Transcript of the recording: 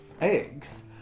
eggs